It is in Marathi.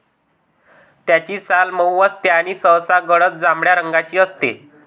त्याची साल मऊ असते आणि सहसा गडद जांभळ्या रंगाची असते